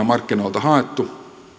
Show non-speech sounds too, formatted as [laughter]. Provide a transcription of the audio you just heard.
[unintelligible] markkinoilta haettu